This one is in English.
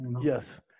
Yes